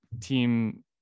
team